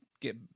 get